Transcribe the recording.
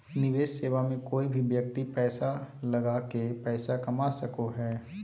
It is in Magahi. निवेश सेवा मे कोय भी व्यक्ति पैसा लगा के पैसा कमा सको हय